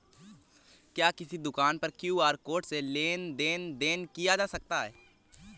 क्या किसी दुकान पर क्यू.आर कोड से लेन देन देन किया जा सकता है?